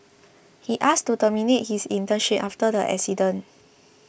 he asked to terminate his internship after the incident